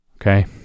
Okay